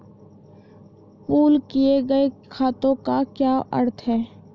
Pool किए गए खातों का क्या अर्थ है?